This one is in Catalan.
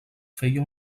feia